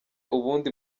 ubundi